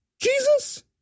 Jesus